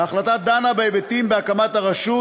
ההחלטה דנה בהיבטים בהקמת הרשות,